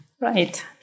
Right